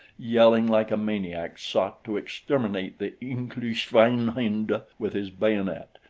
yelling like a maniac, sought to exterminate the englische schweinhunde with his bayonet,